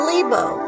Lebo